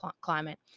climate